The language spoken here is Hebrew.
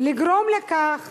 לגרום לכך